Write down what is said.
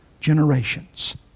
generations